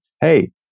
hey